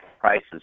prices